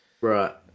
right